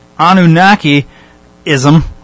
Anunnaki-ism